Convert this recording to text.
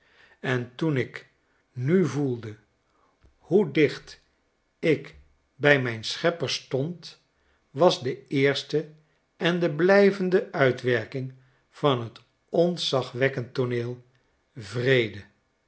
en toen k nu voelde hoe dicht ik bij mijn schepper stond was de eerste en de blijvende uitwerking van t ontzagwekkend tooneel vrede